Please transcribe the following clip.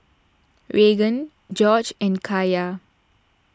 Raegan Gorge and Kaya